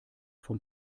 vom